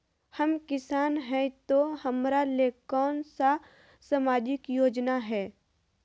हम किसान हई तो हमरा ले कोन सा सामाजिक योजना है?